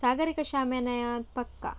ಸಾಗರಿಕ ಶ್ಯಾಮ್ಯಾನಾ ಪಕ್ಕ